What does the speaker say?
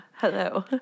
Hello